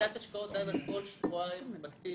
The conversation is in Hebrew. ועדת ההשקעות דנה בכל שבועיים בתיק